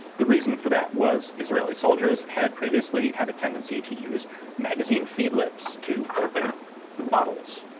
the reason for that was israeli soldiers had previously had a tendency to use magazine feed lips to open bottles.